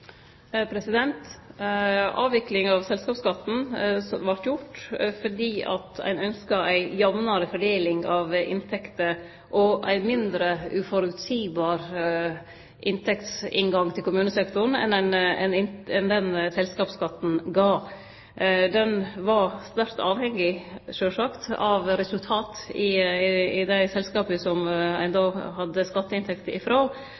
Avviklinga av selskapsskatten vart gjort fordi ein ynskte ei jamnare fordeling av inntekter og ein mindre uføreseieleg inntektsinngang til kommunesektoren enn den selskapsskatten gav. Den var sjølvsagt sterkt avhengig av resultata i dei selskapa som ein hadde skatteinntekter frå, og som